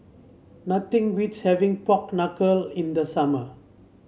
nothing beats having Pork Knuckle in the summer